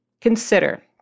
consider